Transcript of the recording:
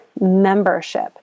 membership